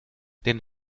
den